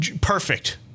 perfect